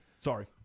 Sorry